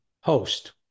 Host